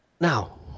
Now